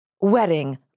wedding